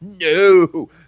No